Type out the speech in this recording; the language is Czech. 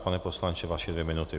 Pane poslanče, vaše dvě minuty.